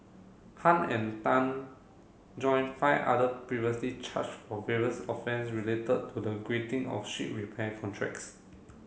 Han and Tan join five other previously charged for various offence related to the granting of ship repair contracts